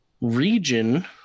region